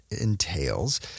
entails